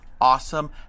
awesome